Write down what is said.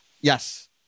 Yes